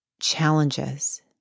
challenges